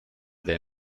their